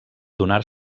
donar